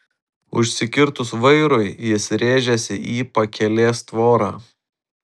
užsikirtus vairui jis rėžėsi į pakelės tvorą